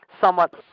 somewhat